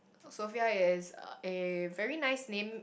Sophia is a very nice name